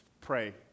pray